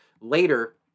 later